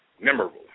memorable